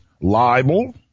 libel